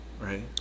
Right